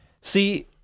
See